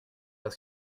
pas